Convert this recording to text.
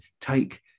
take